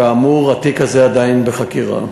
כאמור, התיק הזה עדיין בחקירה.